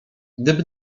gdyby